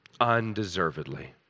undeservedly